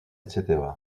etc